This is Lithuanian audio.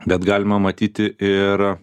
bet galima matyti ir